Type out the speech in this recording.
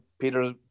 Peter